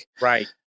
right